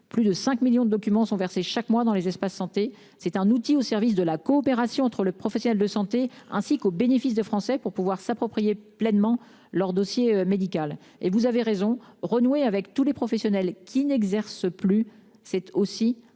plus de 5 millions de documents sont versées chaque mois dans les espaces santé c'est un outil au service de la coopération entre le professionnel de santé ainsi qu'au bénéfice de français pour pouvoir s'approprier pleinement leur dossier médical et vous avez raison renouer avec tous les professionnels qui n'exerce plus. C'est aussi